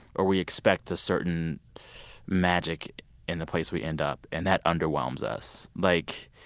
or we expect a certain magic in the place we end up and that underwhelms us. like,